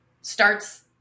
starts